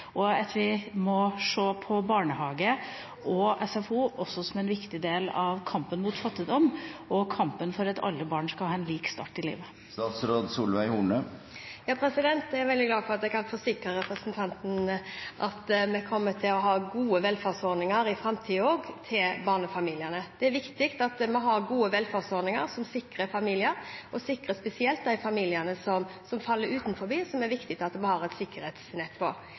og dernest at vi må se på barnehage og SFO også som en viktig del av kampen mot fattigdom og kampen for at alle barn skal ha en lik start i livet. Jeg er veldig glad for at jeg kan forsikre representanten Skei Grande om at vi kommer til å ha gode velferdsordninger for barnefamiliene også i framtida. Det er viktig at vi har gode velferdsordninger som sikrer familier. Det er spesielt viktig at vi har et sikkerhetsnett for de familiene som faller utenfor. Jeg er veldig glad for at regjeringen, sammen med samarbeidspartiene, nå har